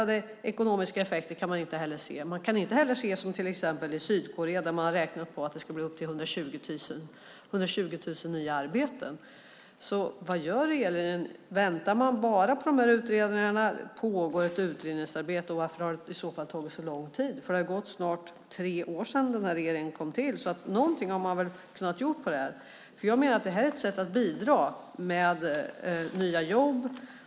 Det går inte heller att se förväntade ekonomiska effekter. I Sydkorea har man räknat på att det ska bli 120 000 nya arbeten. Vad gör regeringen? Väntar man på utredningarna? Pågår ett utredningsarbete? Varför har det i så fall tagit så lång tid? Det har gått snart tre år sedan regeringen tillträdde. Något hade regeringen kunnat göra. Det här är ett sätt att bidra med nya jobb.